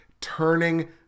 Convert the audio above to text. turning